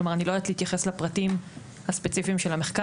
כלומר אני לא יודעת להתייחס לפרטים הספציפיים של המחקר.